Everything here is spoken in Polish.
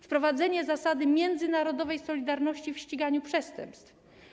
Wprowadzono również zasadę międzynarodowej solidarności w ściganiu przestępstw.